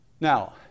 Now